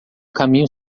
caminho